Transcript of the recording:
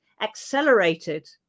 accelerated